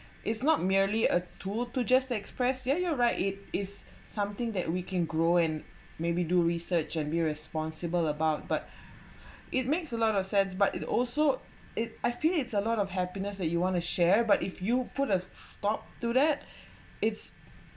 it's not merely a tool to just express yeah you're right it is something that we can grow in maybe do research and be responsible about but it makes a lot of sense but it also it I feel it's a lot of happiness that you want to share but if you put a stop to that it's